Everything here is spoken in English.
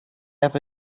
ever